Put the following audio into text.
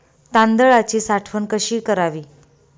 तांदळाची साठवण कशी करावी?